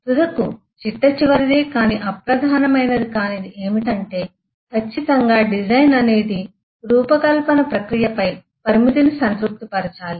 తుదకు చిట్టచివరిదే కానీ అప్రధానమైనది కానిది ఏమిటంటే కచ్చితంగా డిజైన్ అనేది రూపకల్పన ప్రక్రియపై పరిమితిని సంతృప్తి పరచాలి